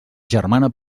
germana